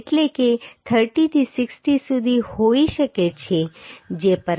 એટલે કે તે 30 થી 60 સુધી હોઈ શકે છે જે પર્યાપ્ત હશે